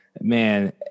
man